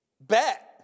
bet